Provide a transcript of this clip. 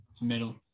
middle